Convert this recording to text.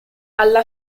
alla